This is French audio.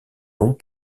longs